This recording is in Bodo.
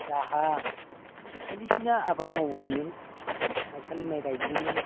जाहा बायदिसिना आबाद मावबोदोंमोन माइसालि माइ गायबोदोंमोन